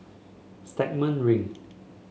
Stagmont Ring